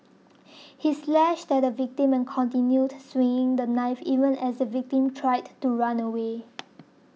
he slashed at the victim and continued swinging the knife even as the victim tried to run away